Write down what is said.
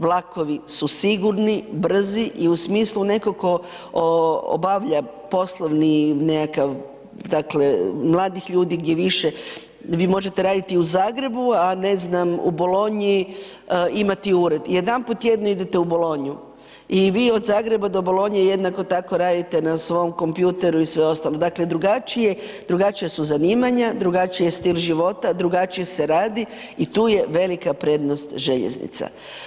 Vlakovi su sigurni, brzi i u smislu neko ko obavlja poslovni nekakav dakle mladih ljudi gdje više, vi možete raditi u Zagrebu, a ne znam u Bolonji imati ured i jedanput tjedno ide u Bolonju i vi od Zagreba do Bolonje jednako tako radite na svom kompjuteru i sve ostalo Dakle, drugačija su zanimanja, drugačiji je stil život, drugačije se radi i tu je velika prednost željeznica.